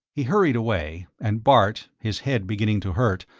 he hurried away, and bart, his head beginning to hurt,